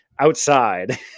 Outside